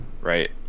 right